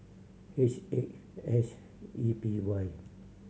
H eight S E P Y